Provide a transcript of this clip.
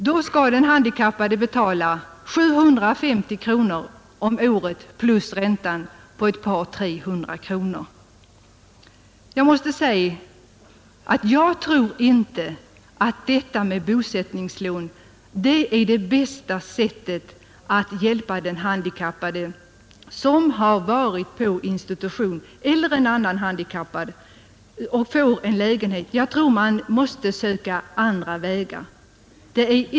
Då skall den handikappade betala 750 kronor om året plus räntan på ett par tre hundra kronor. Jag tror inte att ett bosättningslån är det bästa sättet att hjälpa vare sig en handikappad som har varit på institution eller någon annan handikappad som får en lägenhet. Man måste söka andra vägar.